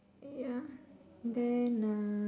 ya then uh